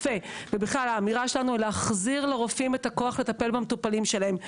האמירה שלנו היא להחזיר לרופאים את הכוח לטפל במטופלים שלהם.